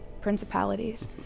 principalities